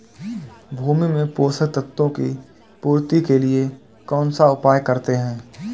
भूमि में पोषक तत्वों की पूर्ति के लिए कौनसा उपाय करते हैं?